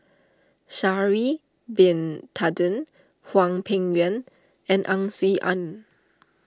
Sha'ari Bin Tadin Hwang Peng Yuan and Ang Swee Aun